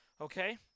Okay